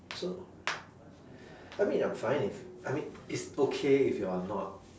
so I mean I'm fine if I mean it's okay if you're not